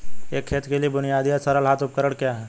एक खेत के लिए बुनियादी या सरल हाथ उपकरण क्या हैं?